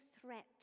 threat